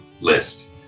list